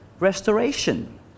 restoration